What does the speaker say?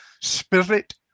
Spirit